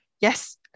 yes